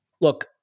Look